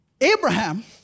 abraham